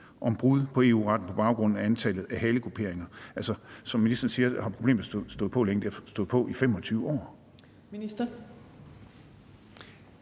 om brud på EU-retten på baggrund af antallet af halekuperinger? Som ministeren siger, har problemet stået på længe. Det har stået på i 25 år.